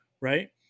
right